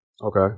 okay